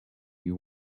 you